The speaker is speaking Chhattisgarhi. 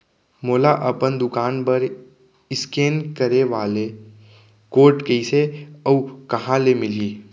मोला अपन दुकान बर इसकेन करे वाले कोड कइसे अऊ कहाँ ले मिलही?